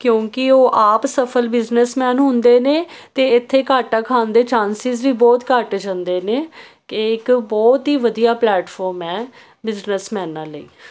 ਕਿਉਂਕਿ ਉਹ ਆਪ ਸਫਲ ਬਿਜ਼ਨਸਮੈਨ ਹੁੰਦੇ ਨੇ ਤੇ ਇੱਥੇ ਘਾਟਾ ਖਾਣ ਦੇ ਚਾਂਸਸ ਵੀ ਬਹੁਤ ਘੱਟ ਜਾਂਦੇ ਨੇ ਕਿ ਇੱਕ ਬਹੁਤ ਹੀ ਵਧੀਆ ਪਲੈਟਫਾਰਮ ਬਿਜਨਸ ਮਨਾ ਲਈ